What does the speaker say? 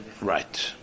Right